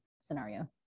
scenario